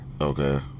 Okay